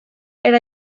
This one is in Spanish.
era